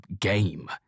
game